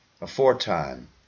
aforetime